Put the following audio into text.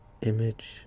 image